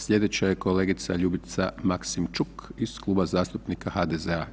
Slijedeća je kolegica Ljubica Maksimčuk iz Kluba zastupnika HDZ-a.